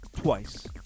twice